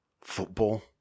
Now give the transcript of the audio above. football